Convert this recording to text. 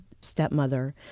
stepmother